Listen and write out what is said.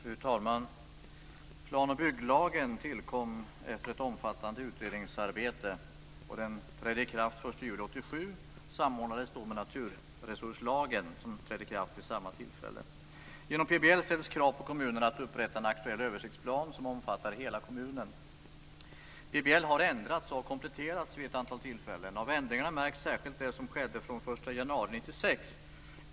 Fru talman! Plan och bygglagen tillkom efter ett omfattande utredningsarbete. Den trädde i kraft den ställs krav på kommunerna att upprätta en aktuell översiktsplan som omfattar hela kommunen. PBL har ändrats och kompletterats vid ett antal tillfällen. Av ändringarna märks särskilt de som skedde från den 1 januari 1996.